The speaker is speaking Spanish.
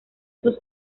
sus